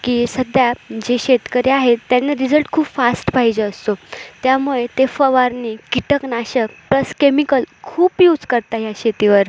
की सध्या जे शेतकरी आहेत त्यांना रिझल्ट खूप फास्ट पाहिजे असतो त्यामुळे ते फवारणी कीटकनाशक प्लस केमिकल खूप यूज करता या शेतीवर